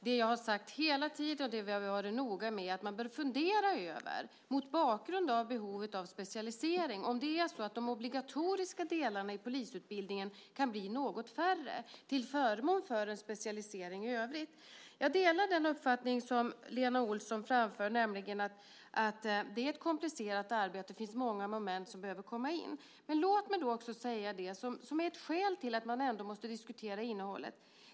Det jag sagt hela tiden, och det vi varit noga med att poängtera, är att man mot bakgrund av behovet av specialisering bör fundera över om de obligatoriska delarna i polisutbildningen kan bli något färre till förmån för en specialisering i övrigt. Jag delar den uppfattning som Lena Olsson framför, nämligen att det är ett komplicerat arbete och det finns många moment som behöver tas upp, men låt mig också nämna skälet till att man även måste diskutera innehållet.